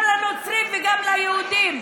גם לנוצרים וגם ליהודים,